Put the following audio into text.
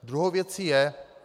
Druhou věcí je...